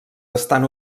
estan